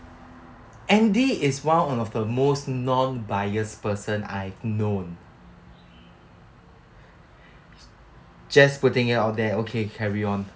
andy is one of the most non-biased person I've known just putting it out there okay carry on